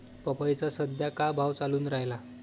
पपईचा सद्या का भाव चालून रायला?